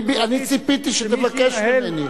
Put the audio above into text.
אני ציפיתי שתבקש ממני.